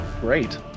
great